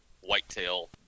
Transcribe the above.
whitetail